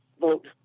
vote